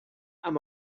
amb